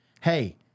Hey